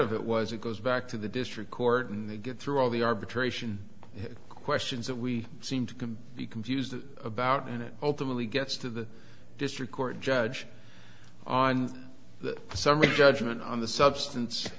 of it was it goes back to the district court and they get through all the arbitration questions that we seem to be confused about and it ultimately gets to the district court judge on the summary judgment on the substance